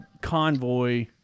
convoy